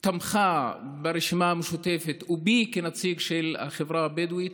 תמך ברשימה המשותפת ובי כנציג של החברה הבדואית.